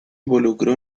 involucró